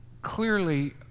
Clearly